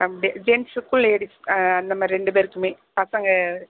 அப்படியா ஜென்ஸுக்கும் லேடிஸ்க்கும் அந்தமாதிரி ரெண்டு பேருக்குமே பசங்க